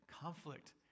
conflict